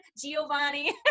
Giovanni